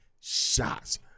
Shots